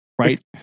right